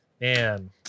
man